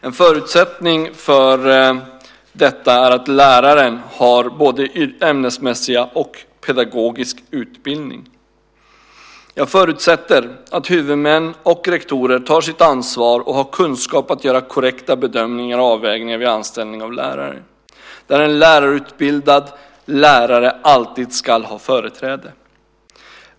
En förutsättning för detta är att läraren har både ämnesmässig och pedagogisk utbildning. Jag förutsätter att huvudmän och rektorer tar sitt ansvar och har kunskap att göra korrekta bedömningar och avvägningar vid anställning av lärare, där en lärarutbildad lärare alltid ska ha företräde.